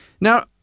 Now